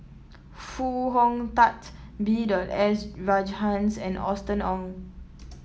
Foo Hong Tatt B S Rajhans and Austen Ong